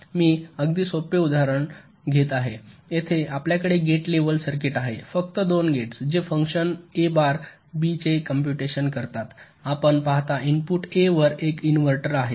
मी एक अगदी साधे उदाहरण देत आहे येथे आपल्याकडे गेट लेव्हल सर्किट आहे फक्त 2 गेट्स जे फंक्शन ए बार बी चे कॉम्पुटेशन करतात आपण पाहता इनपुट ए वर एक इन्व्हर्टर आहे